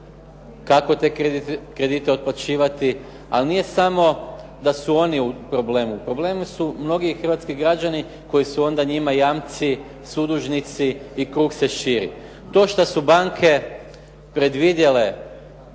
kako te kredite otplaćivati, ali nije samo da su oni u problemu. U problemu su mnogi hrvatski građani koji su onda njima jamci, sudužnici i krug se širi. To što su banke predvidjele